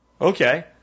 Okay